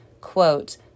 quote